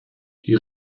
die